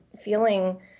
feeling